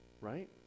Right